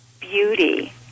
beauty